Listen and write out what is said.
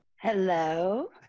Hello